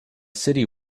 city